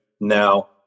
now